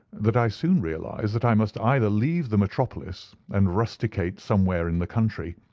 that i soon realized that i must either leave the metropolis and rusticate somewhere in the country,